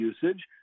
usage